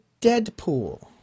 Deadpool